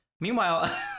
meanwhile